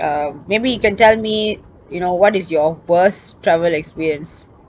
uh maybe you can tell me you know what is your worst travel experience